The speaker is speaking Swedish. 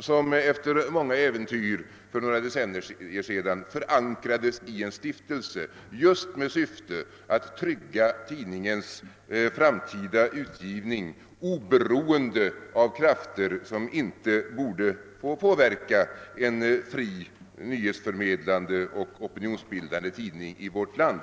som efter många äventyr för några decennier sedan förankrades i en stiftelse just med det syftet att trygga tidningens framtida utgivning oberoende av krafter som inte borde få påverka en fri, nyhetsförmedlande och opinionsbildande tidning i vårt land.